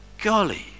golly